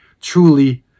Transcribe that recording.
truly